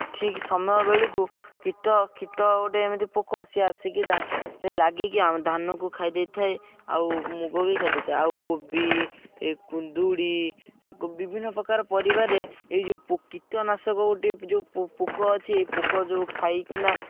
ଠିକ୍ ସମୟ ବେଳକୁ କୀଟ କୀଟ ଗୋଟେ ଏମିତି ପୋକ ସେ ଆସିକି ଧାନରେ ଲାଗିକି ଆମ ଧାନକୁ ଖାଇଦେଇଥାଏ ଆଉ ମୁଗ ବି ଖାଇଦେଇଥାଏ ଆଉ କୋବି ଏ କୁନ୍ଦୁରି ଏ ବିଭିନ୍ନପ୍ରକାର ପରିବାରେ ଏଇ ଯେଉଁ କୀଟନାଶକ ଗୋଟେ ଯେଉଁ ପୋକ ଅଛି ଏ ପୋକ ଯେଉଁ ଖାଇକିନା